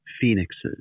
Phoenixes